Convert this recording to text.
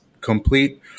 complete